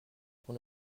pour